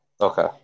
Okay